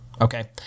okay